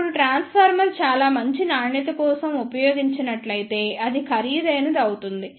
ఇప్పుడు ట్రాన్స్ఫార్మర్ చాలా మంచి నాణ్యత కోసం ఉపయోగించినట్లయితే అది ఖరీదైనది అవుతుంది